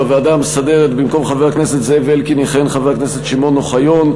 בוועדה המסדרת: במקום חבר הכנסת זאב אלקין יכהן חבר הכנסת שמעון אוחיון,